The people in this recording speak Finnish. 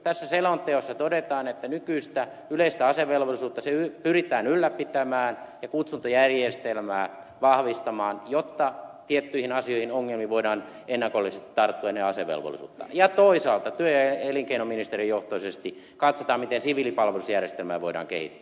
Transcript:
tässä selonteossa todetaan että nykyistä yleistä asevelvollisuutta pyritään ylläpitämään ja kutsuntajärjestelmää vahvistamaan jotta tiettyihin asioihin ongelmiin voidaan ennakollisesti tarttua ennen asevelvollisuutta ja toisaalta työ ja elinkeinoministerijohtoisesti katsotaan miten siviilipalvelusjärjestelmää voidaan kehittää